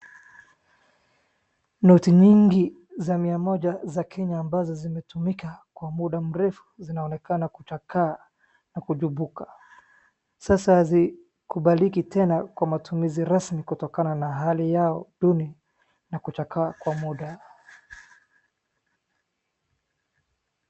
Noti nyingi za miamoja za Kenya ambazo ziimetumika kwa munda mrefu zinaonekana kuchaakaa na kujumbuka. Sasa hazikubaliki tena matumizi kutokana na hali ya duni na kuchakaa kwa munda.